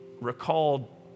recalled